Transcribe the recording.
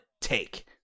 take